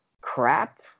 crap